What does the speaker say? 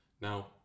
Now